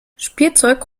spielzeug